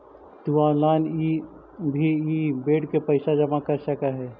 तु ऑनलाइन भी इ बेड के पइसा जमा कर सकऽ हे